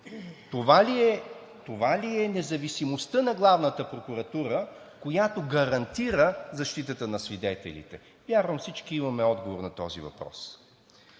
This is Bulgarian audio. Това ли е независимостта на Главната прокуратура, която гарантира защитата на свидетелите? Вярно, всички имаме отговор на този въпрос.